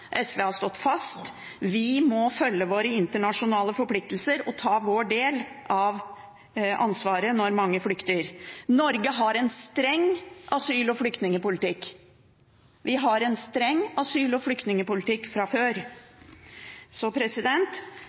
SV har stått fast. Vi må følge våre internasjonale forpliktelser og ta vår del av ansvaret når mange flykter. Norge har en streng asyl- og flyktningpolitikk. Vi har en streng asyl- og flyktningpolitikk fra før.